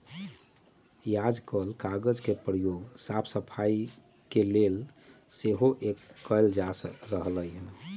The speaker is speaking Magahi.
याजकाल कागज के प्रयोग साफ सफाई के लेल सेहो कएल जा रहल हइ